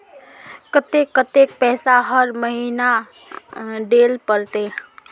केते कतेक पैसा हर महीना देल पड़ते?